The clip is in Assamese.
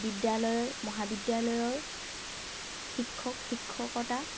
বিদ্যালয়ৰ মহাবিদ্যালয়ৰ শিক্ষক শিক্ষকতা